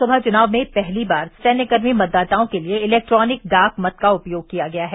लोकसभा चुनाव में पहली बार सैन्यकर्मी मतदाताओं के लिए इलेक्ट्रॉनिक डाक मत का उपयोग किया गया है